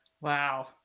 Wow